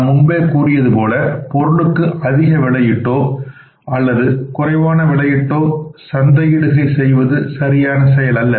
நாம் முன்பே கூறியது போல பொருளுக்கு அதிக விலையிட்டோ அல்லது குறைவான விலையிட்டோ சந்தையிடுகை செய்வது சரியான செயல் அல்ல